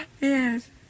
Yes